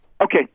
Okay